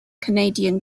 canadian